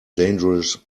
dangerous